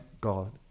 God